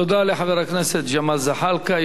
תודה לחבר הכנסת ג'מאל זחאלקה.